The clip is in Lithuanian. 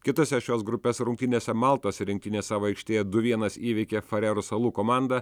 kitose šios grupės rungtynėse maltos rinktinė savo aikštėje du vienas įveikė farerų salų komandą